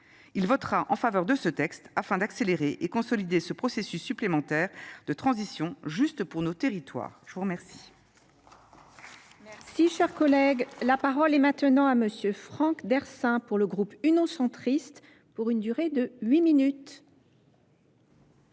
Il votera en faveur de ce texte afin d'accélérer et de consolider ce processus supplémentaire de transition juste pour nos territoires. Chers collègues, la parole est maintenant à M. Franck Decin, pour le groupe Uno, centriste, pour une durée de 8 min.